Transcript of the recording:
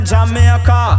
Jamaica